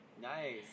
nice